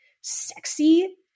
sexy